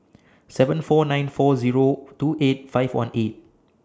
seven four nine four Zero two eight five one eight